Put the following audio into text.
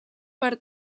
per